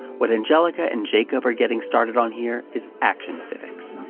what angelica and jacob are getting started on here is action civics.